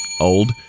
old